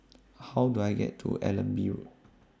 How Do I get to Allenby Road